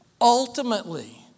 ultimately